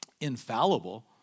infallible